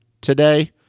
today